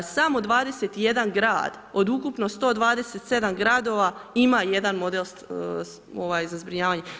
Samo 21 grad, od ukupno 127 gradova, ima jedan model za zbrinjavanje.